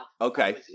Okay